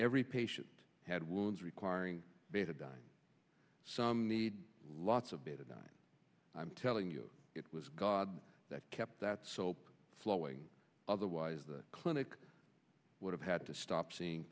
every patient had wounds requiring beta died some need lots of data not i'm telling you it was god that kept that soap flowing otherwise the clinic would have had to stop seeing